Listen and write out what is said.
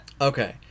Okay